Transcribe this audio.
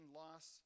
loss